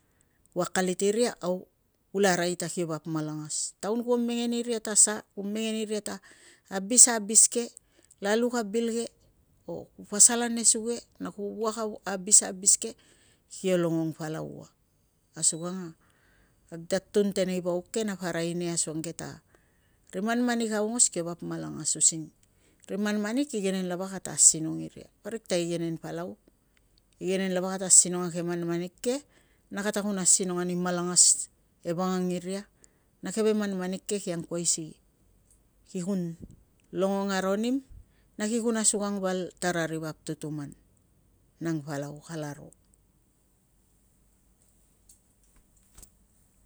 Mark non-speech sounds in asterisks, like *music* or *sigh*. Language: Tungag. Au kula arai ta kio vap malangas. Taun kuo mengen iria ta sa, kuo mengen iria ta abis a abis ke, la luk a bil ke, o ku pasal ane suge na ku wuak *hesitation* a abis ke, ki longong palau ua. Asukang a kag tun tenei vauk ke, napa arai nia asukang ke ta, ri manmanik aongos kio vap malangas. Using ri manmanik igenen lava kata asinong iria, parik ta igenen palau. Igenen lava kata asinong a keve manmanik ke, kata kun asinong ani malangas e vangang iria, na keve manmanik ke ki angkuai si, ki kun longong aro nim. Na ki kun asukang val tara ri vap tutuman. Nang palau kalaro.